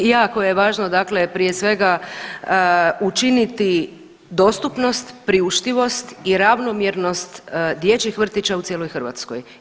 Jako je važno, dakle prije svega učiniti dostupnost, priuštivost i ravnomjernost dječjih vrtića u cijeloj Hrvatskoj.